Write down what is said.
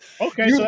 Okay